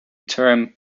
term